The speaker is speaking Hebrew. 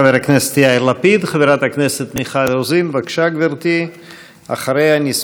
אחריה נשמע את התשובה של שרת המשפטים חברת הכנסת איילת שקד.